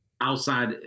Outside